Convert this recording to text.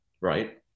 right